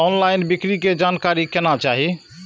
Online बिक्री के जानकारी केना चाही?